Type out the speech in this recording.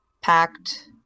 packed